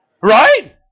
Right